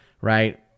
Right